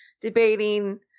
debating